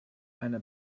einer